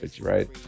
right